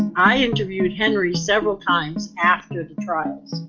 and i interviewed henry several times after the trial.